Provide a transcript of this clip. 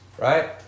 right